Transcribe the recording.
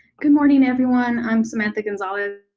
good morning, everyone, i'm samantha gonzalez,